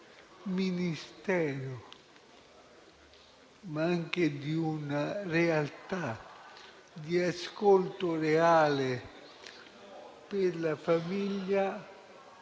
famiglia, ma anche di una realtà di ascolto reale per la famiglia